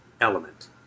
element